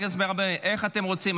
איך אתם רוצים?